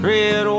Red